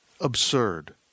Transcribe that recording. Absurd